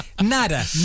nada